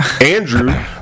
Andrew